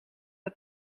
het